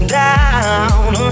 down